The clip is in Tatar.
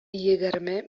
егерме